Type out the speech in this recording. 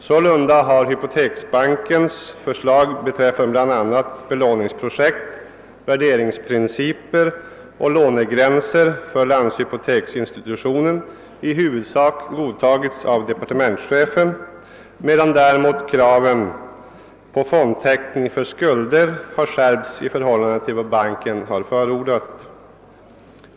Sålunda har hypoteksbankens förslag beträffande bl.a. belåningsprojekt, värderingsprinciper och lånegränser för landshypoteksinstitutionen i huvudsak godtagits av departementschefen, medan däremot kraven på fondtäckning för skulder har skärpts i förhållande till vad banken förordat.